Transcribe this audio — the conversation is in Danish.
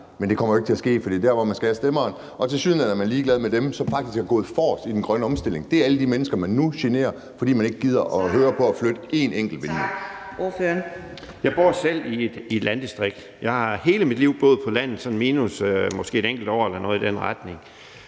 Men det kommer jo ikke til at ske, for det er der, hvor man skal have stemmerne. Og tilsyneladende er man ligeglad med dem, som faktisk er gået forrest i den grønne omstilling. Det er alle de mennesker, man nu generer, fordi man ikke gider at se på at flytte én enkelt vindmølle. Kl. 19:00 Fjerde næstformand (Karina Adsbøl): Tak. Ordføreren. Kl. 19:00 Henrik Frandsen (M): Jeg bor selv i et landdistrikt. Jeg har hele mit liv boet på landet minus et enkelt år eller noget i den retning,